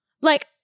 Like-